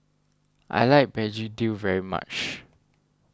I like Begedil very much